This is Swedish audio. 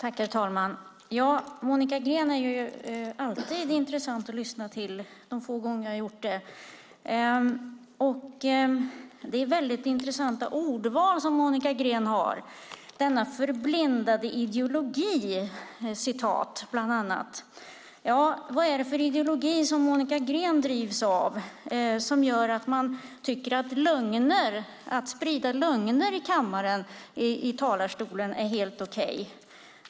Herr talman! Monica Green är alltid intressant att lyssna till, de få gånger jag har gjort det. Det är ett väldigt intressant ordval som Monica Green har, som "denna förblindade ideologi". Vad är det för ideologi som Monica Green drivs av, där man tycker att detta att sprida lögner i talarstolen här i kammaren är helt okej?